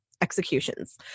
executions